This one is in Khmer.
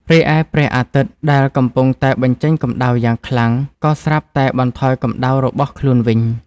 រីឯព្រះអាទិត្យ ដែលកំពុងតែបញ្ចេញកម្ដៅយ៉ាងខ្លាំង ក៏ ស្រាប់តែបន្ថយកម្ដៅរបស់ខ្លួនវិញ។